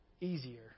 easier